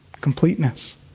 completeness